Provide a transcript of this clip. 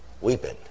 Weeping